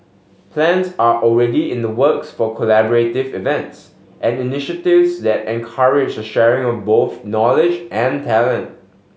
plans are already in the works for collaborative events and initiatives that encourage the sharing of both knowledge and talent